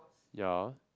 ya